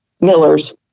Miller's